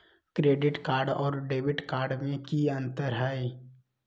Credit card और debit card में की अंतर हई?